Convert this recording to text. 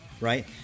right